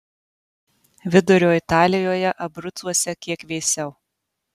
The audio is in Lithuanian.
vidurio italijoje abrucuose kiek vėsiau